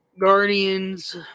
Guardians